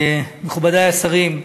מכובדי השרים,